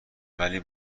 ولی